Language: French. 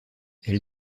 elle